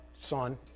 son